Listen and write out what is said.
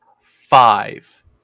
five